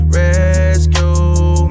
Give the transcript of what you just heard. rescue